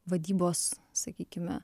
vadybos sakykime